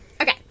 Okay